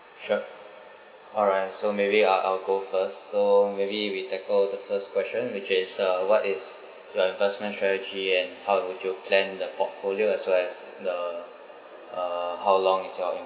sure alright so maybe I'll I'll go first so maybe we tackle the first question which is uh what is your investment strategy and how would you plan the portfolio as well as the uh how long is your